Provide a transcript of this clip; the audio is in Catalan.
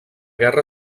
guerra